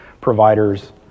providers